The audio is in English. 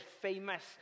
famous